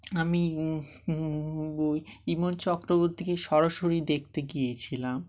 আমি ওই ইমন চক্রবর্তীকে সরাসরি দেখতে গিয়েছিলাম